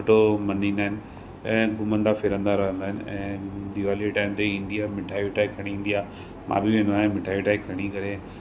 सुठो मञीदा आहिनि ऐं घूमंदा फ़िरंदा रहंदा आहिनि ऐं दिवाली जे टाइम ते ईंदी आहे मिठाई विठाई खणी ईंदी आहे मां बि वेंदो आहियां मिठाई विठाई खणी करे